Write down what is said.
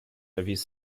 erwies